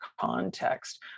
context